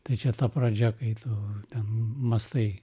tai čia ta pradžia kai tu mąstai